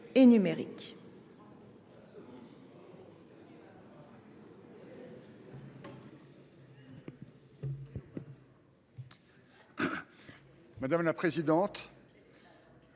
Madame la présidente,